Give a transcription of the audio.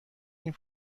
این